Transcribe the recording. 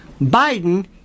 Biden